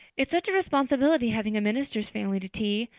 it's such a responsibility having a minister's family to tea.